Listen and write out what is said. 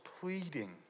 pleading